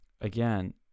again